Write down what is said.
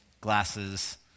glasses